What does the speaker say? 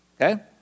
okay